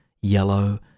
yellow